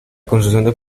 construcción